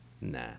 Nah